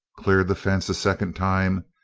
cleared the fence a second time,